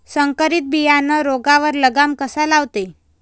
संकरीत बियानं रोगावर लगाम कसा लावते?